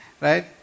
right